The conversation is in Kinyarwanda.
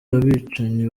abicanyi